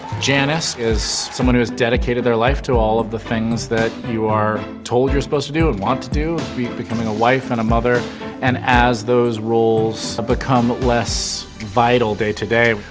janice is someone who has dedicated their life to all of the things that you are told you're supposed to do and want to do becoming a wife and a mother and as those roles become less vital day to day,